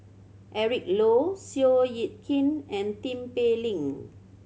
Eric Low Seow Yit Kin and Tin Pei Ling